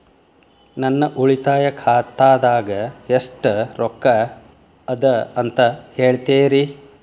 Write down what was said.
ನನ್ನ ಉಳಿತಾಯ ಖಾತಾದಾಗ ಎಷ್ಟ ರೊಕ್ಕ ಅದ ಅಂತ ಹೇಳ್ತೇರಿ?